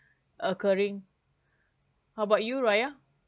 occurring how about you raya